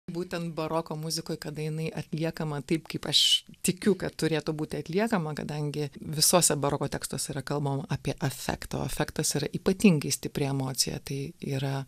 būtent baroko muzikoj kada jinai atliekama taip kaip aš tikiu kad turėtų būti atliekama kadangi visose baroko tekstuose yra kalbama apie efekto o efektas yra ypatingai stipri emocija tai yra